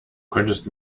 könntest